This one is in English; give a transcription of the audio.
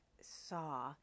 saw